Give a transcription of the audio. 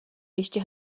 ještě